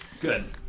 Good